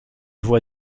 voit